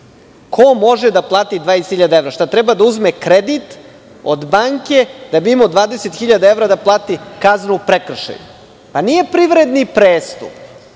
Ko može da plati 20.000 evra? Da li treba da uzme kredit od banke da bi imao 20.000 evra da plati prekršajnu kaznu? Nije privredni prestup,